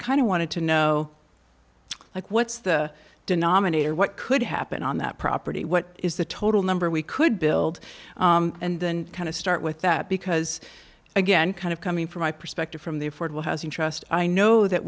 of wanted to know like what's the denominator what could happen on that property what is the total number we could build and then kind of start with that because again kind of coming from my perspective from the affordable housing trust i know that